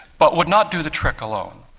but would not do the trick alone.